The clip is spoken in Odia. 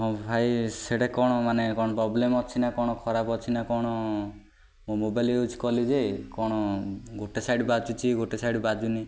ହଁ ଭାଇ ସେଟା କ'ଣ ମାନେ କ'ଣ ପ୍ରୋବ୍ଲେମ ଅଛି ନା କ'ଣ ଖରାପ ଅଛି ନା କ'ଣ ମୁଁ ମୋବାଇଲ୍ ୟୁଜ୍ କଲି ଯେ କ'ଣ ଗୋଟେ ସାଇଡ୍ ବାଜୁଛିି ଗୋଟେ ସାଇଡ୍ ବାଜୁନି